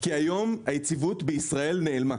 כי היום היציבות בישראל נעלמה,